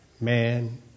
man